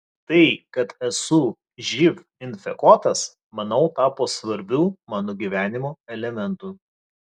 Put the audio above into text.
tai kad esu živ infekuotas manau tapo svarbiu mano gyvenimo elementu